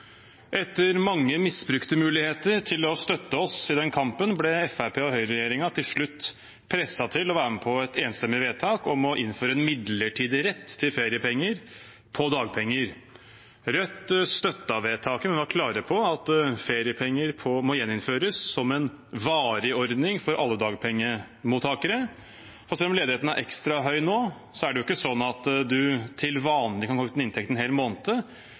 Etter mange misbrukte muligheter til å støtte oss i den kampen ble Fremskrittspartiet og høyreregjeringen til slutt presset til å være med på et enstemmig vedtak om å innføre en midlertidig rett til feriepenger på dagpenger. Rødt støttet vedtaket, men var klare på at feriepenger må gjeninnføres som en varig ordning for alle dagpengemottakere. Selv om ledigheten er ekstra høy nå, er det jo ikke sånn at du til vanlig kan gå uten inntekt en hel måned, den måneden du skulle fått feriepenger fra fjorårets inntekt.